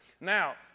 Now